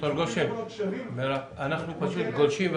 ד"ר גשן אנחנו גולשים.